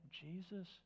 Jesus